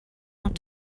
want